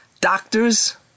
doctors